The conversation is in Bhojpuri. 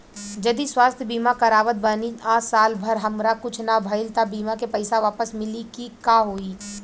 जदि स्वास्थ्य बीमा करावत बानी आ साल भर हमरा कुछ ना भइल त बीमा के पईसा वापस मिली की का होई?